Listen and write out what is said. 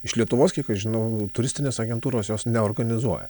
iš lietuvos kiek aš žinau turistinės agentūros jos neorganizuoja